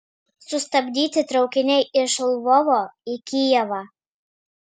sustabdyti traukiniai iš lvovo į kijevą